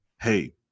Hey